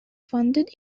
funded